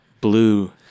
Blue